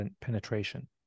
penetration